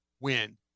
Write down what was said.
Win